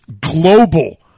global